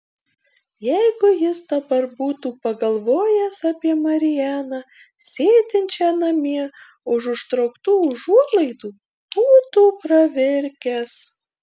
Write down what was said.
jeigu jis dabar būtų pagalvojęs apie marianą sėdinčią namie už užtrauktų užuolaidų būtų pravirkęs